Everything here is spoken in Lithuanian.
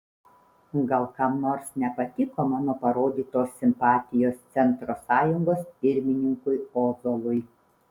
gal kam nors nepatiko mano parodytos simpatijos centro sąjungos pirmininkui ozolui